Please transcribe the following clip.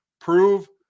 prove